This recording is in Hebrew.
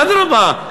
אדרבה.